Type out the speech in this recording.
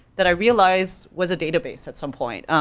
that i realized was a database at some point.